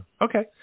Okay